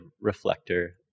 reflector